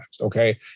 okay